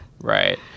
Right